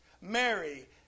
Mary